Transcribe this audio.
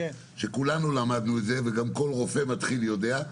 שכולנו למדנו וגם כל רופא מתחיל יודע,